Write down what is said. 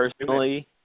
personally